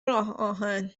راهآهن